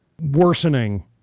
worsening